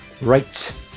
Right